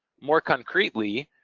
more concretely,